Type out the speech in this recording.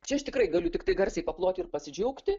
čia aš tikrai galiu tiktai garsiai paploti ir pasidžiaugti